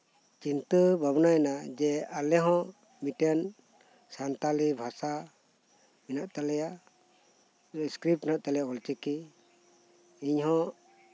ᱪᱤᱱᱛᱟᱹ ᱵᱷᱟᱵᱽᱱᱟᱭᱮᱱᱟ ᱟᱞᱮ ᱦᱚᱸ ᱢᱤᱫ ᱴᱮᱱ ᱥᱟᱱᱛᱟᱞᱤ ᱵᱷᱟᱥᱟ ᱢᱮᱱᱟᱜ ᱛᱟᱞᱮᱭᱟ ᱥᱠᱤᱨᱤᱯᱴ ᱢᱮᱱᱟᱜ ᱛᱟᱞᱮᱭᱟ ᱚᱞ ᱪᱤᱠᱤ ᱤᱧ ᱦᱚᱸ